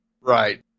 Right